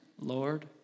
Lord